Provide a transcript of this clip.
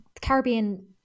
Caribbean